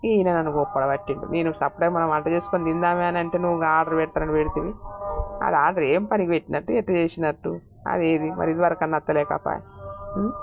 ఈయన నన్ను కోప్పడి పట్టిండు నేను చెప్తే మనం వంట చేసుకుని తిందాము అని అంటే నువ్వు ఆర్డర్ పెడతానని పెట్టింది అది ఆర్డర్ ఏం పనికి పెట్టినట్టు ఎలా చేసినట్టు అదీఇదీ మరి ఇదివరకన్నా పెట్టలేదా